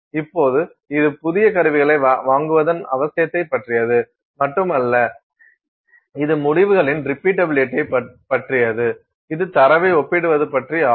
இப்போது இது புதிய கருவிகளை வாங்குவதன் அவசியத்தைப் பற்றியது மட்டுமல்ல இது முடிவுகளின் ரிப்பீட்டபிலிடியய் பற்றியது இது தரவை ஒப்பிடுவது பற்றியும் ஆகும்